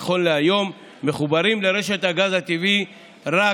נכון להיום מחוברים לרשת הגז הטבעי רק